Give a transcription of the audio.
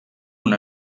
una